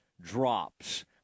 drops